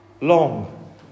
long